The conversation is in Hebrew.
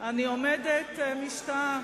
אני עומדת משתאה,